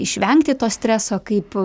išvengti to streso kaip